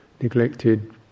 neglected